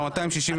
263),